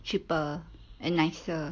cheaper and nicer